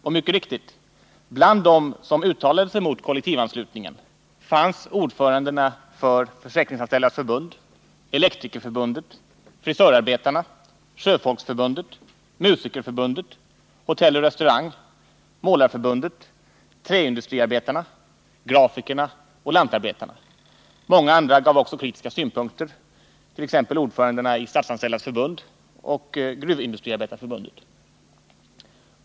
Och mycket riktigt: bland dem som uttalade sig mot kollektivanslutningen fanns ordförandena i Försäkringsanställdas förbund, Elektrikerförbundet, Frisörarbetareförbundet, Sjöfolksförbundet, Musikerförbundet, Hotelloch restauranganställdas förbund, Målareförbundet, Träindustriarbetareförbundet, Grafiska fackförbundet och Lantarbetareförbundet. Många andra gav också kritiska synpunkter, t.ex. ordförandena i Statsanställdas förbund och Gruvindustriarbetareförbundet.